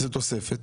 זו תוספת,